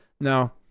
No